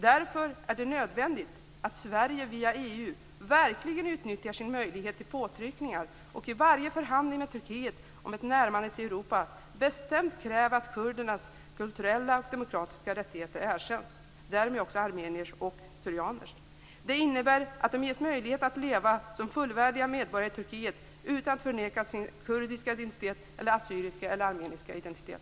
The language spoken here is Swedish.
Därför är det nödvändigt att Sverige via EU verkligen utnyttjar sin möjlighet till påtryckningar och i varje förhandling med Turkiet om ett närmande till Europa bestämt kräver att kurdernas kulturella och demokratiska rättigheter erkänns, och därmed också armeniers och assyriers. Det innebär att de ges möjlighet att leva som fullvärdiga medborgare i Turkiet utan att förnekas sin kurdiska, assyriska eller armeniska identitet.